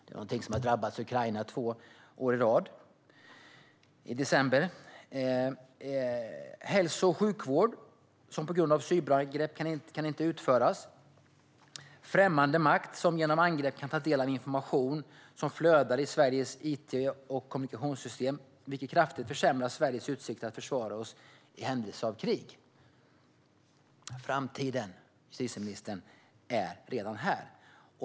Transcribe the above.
Det är någonting som har drabbat Ukraina i december två år i rad. Hälso och sjukvård kan på grund av cyberangrepp inte utföras. Främmande makt kan genom angrepp ta del av information som flödar i Sveriges it och kommunikationssystem, vilket kraftigt försämrar Sveriges utsikter att försvara sig i händelse av krig. Framtiden, justitieministern, är redan här.